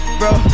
bro